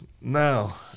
now